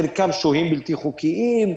חלקם שוהים בלתי חוקיים,